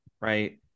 right